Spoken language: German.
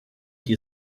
die